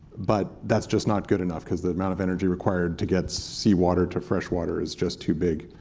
but that's just not good enough, because the amount of energy required to get sea water to fresh water is just too big.